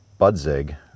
Budzig